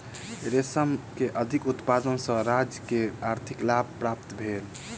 रेशम के अधिक उत्पादन सॅ राज्य के आर्थिक लाभ प्राप्त भेल